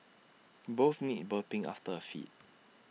both need burping after A feed